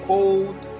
Cold